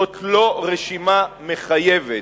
זאת לא רשימה מחייבת.